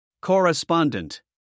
Correspondent